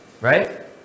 Right